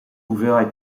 hoeveelheid